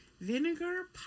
Vinegar